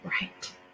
Right